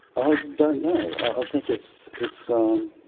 i don't know. i think it's, it's so